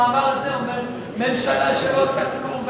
במאמר הזה אומר: ממשלה שלא עושה כלום,